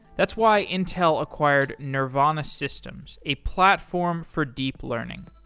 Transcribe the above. that's why intel acquired nervana systems, a platform for deep learning.